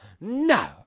no